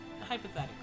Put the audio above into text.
hypothetically